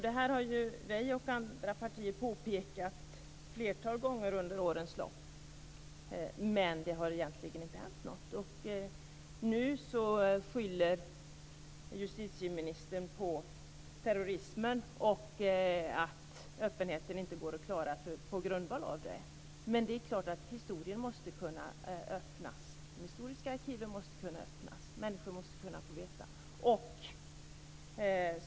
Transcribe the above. Det här har vi och andra partier påpekat ett flertal gånger under årens lopp, men det har egentligen inte hänt något. Nu skyller justitieministern på terrorismen och att öppenheten inte går att klara på grund av det. Men det är klart att de historiska arkiven måste kunna öppnas. Människor måste kunna få veta.